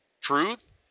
Truth